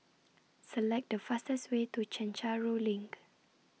Select The fastest Way to Chencharu LINK